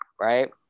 right